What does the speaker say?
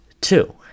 Two